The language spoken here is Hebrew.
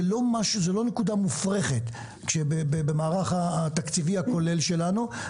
זו לא נקודה מופרכת במערך התקציבי הכולל שלנו.